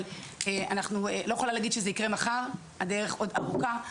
אני לא יכולה להגיד שזה יקרה מחר, הדרך עוד ארוכה.